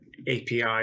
API